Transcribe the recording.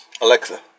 Alexa